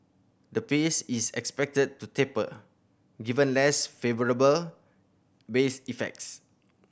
the pace is expected to taper given less favourable base effects